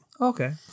okay